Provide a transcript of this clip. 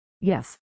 yes